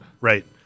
Right